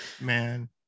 Man